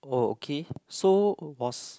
uh okay so was